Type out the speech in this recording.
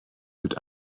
gibt